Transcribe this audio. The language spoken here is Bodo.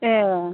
ए